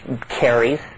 carries